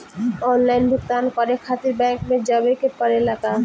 Online भुगतान करे के खातिर बैंक मे जवे के पड़ेला का?